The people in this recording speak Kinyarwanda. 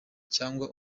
cyangwa